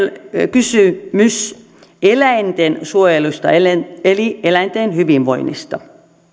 onhan kysymys eläinten suojelusta eli eläinten hyvinvoinnista